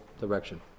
direction